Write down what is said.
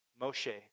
Moshe